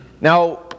Now